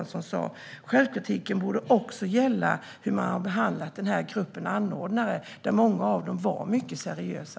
Självkritiken borde också gälla hur man har behandlat dessa anordnare, för många av dem var mycket seriösa.